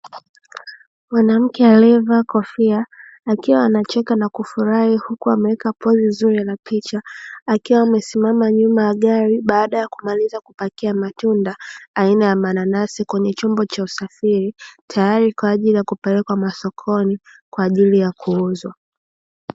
Mwanamke aliyevaa kofia akiwa anacheka na kufurahi huku amaweka pozi zuri la picha, akiwa amesimama nyuma ya gari, baada ya kumaliza kupakia matunda aina ya mananasi kwenye chombo cha usafiri, tayari kwa ajili ya kupelekwa sokoni kwa ajili ya kuuzwa.